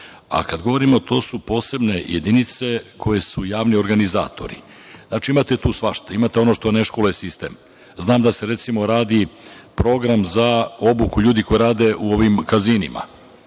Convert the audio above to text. govorimo, to su posebne jedinice koje su javni organizatori. Znači, imate tu svašta, imate ono što neškoluje sistem. Znam da se, recimo radi, program za obuku ljudi koji rade u ovim kazinima,